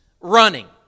running